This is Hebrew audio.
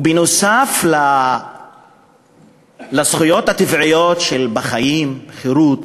ובנוסף לזכויות הטבעיות בחיים של חירות,